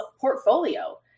portfolio